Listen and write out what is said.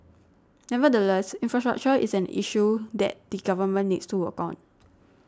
nevertheless infrastructure is an issue that the government needs to work on